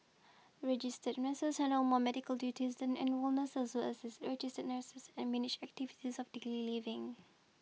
registered nurses handle more medical duties than enrolled nurses assist registered nurses and manage activities of daily living